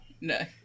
no